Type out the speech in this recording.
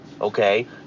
okay